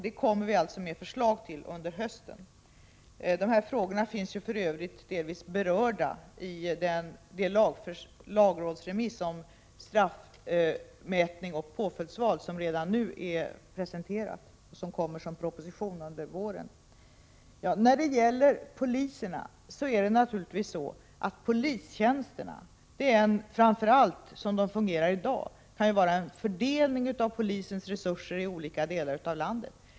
Vi kommer att framlägga förslag härom under hösten. Dessa frågor finns för övrigt delvis berörda i den lagrådsremiss om straffmätning och val av påföljd som redan nu är representerad och som kommer att föreläggas riksdagen som proposition under våren. Beträffande polistjänsterna kan det, framför allt som verksamheten fungerar i dag, vara fråga om en fördelning av polisens resurser i olika delar av landet.